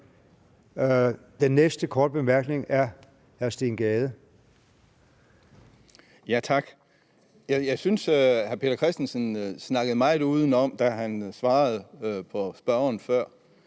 Den næste korte bemærkning er fra hr. Steen Gade. Kl. 10:17 Steen Gade (SF): Tak. Jeg synes, at hr. Peter Christensen snakkede meget udenom, da han svarede spørgeren før.